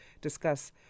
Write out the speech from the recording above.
discuss